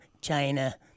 China